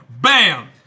Bam